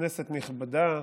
כנסת נכבדה,